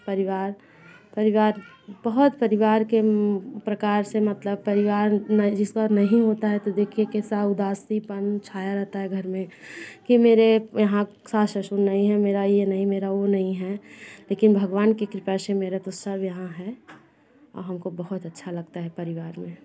परिवार परिवार बहुत परिवार के प्रकार से मतलब परिवार न जिसका नहीं होता है तो देखिए कैसा उदासीपन छाया रहता है घर में कि मेरे यहाँ सास ससुर नहीं है मेरा ये नहीं मेरा वो नहीं है लेकिन भगवान की कृपा से मेरा तो सब यहाँ है हमको बहुत अच्छा लगता है परिवार में